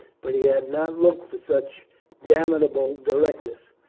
but he had not looked for such damnable directness.